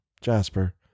Jasper